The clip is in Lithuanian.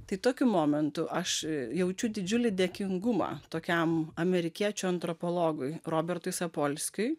tai tokiu momentu aš jaučiu didžiulį dėkingumą tokiam amerikiečių antropologui robertui sapolskiui